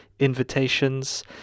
invitations